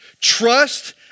Trust